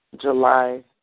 July